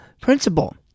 principle